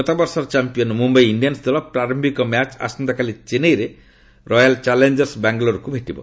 ଗତବର୍ଷର champion Mumbai Indians ଦଳ ପ୍ରାରମ୍ଭିକ ମ୍ୟାଚ୍ ଆସନ୍ତାକାଲି ଚେନ୍ନାଇଠାରେ ରୟାଲ୍ ଚ୍ୟାଲେଞ୍ଜର୍ସ ବାଙ୍ଗାଲୋର୍କୁ ଭେଟିବ